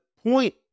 point